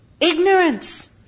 Ignorance